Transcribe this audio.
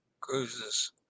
Cruises